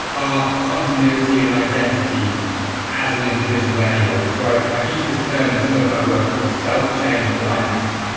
our continuity and identity as an individual anyway. so i've i've used this term in some of my work called self change blindness.